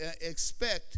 expect